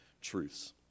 truths